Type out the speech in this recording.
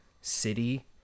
city